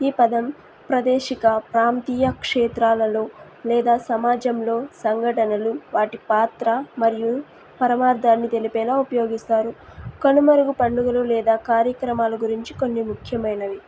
ఈ పదం ప్రదేశిక ప్రాంతీయ క్షేత్రాలలో లేదా సమాజంలో సంఘటనలు వాటి పాత్ర మరియు పరమార్ధాన్ని తెలిపేలా ఉపయోగిస్తారు కనుమరుగు పండుగలు లేదా కార్యక్రమాల గురించి కొన్ని ముఖ్యమైనవి